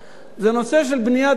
זה נושא של בניית דירות קטנות.